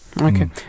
Okay